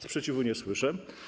Sprzeciwu nie słyszę.